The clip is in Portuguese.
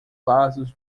vasos